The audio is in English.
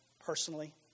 personally